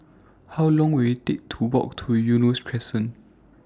How Long Will IT Take to Walk to Eunos Crescent